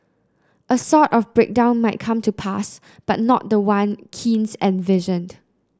a sort of breakdown might come to pass but not the one Keynes envisioned